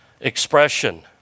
expression